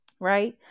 Right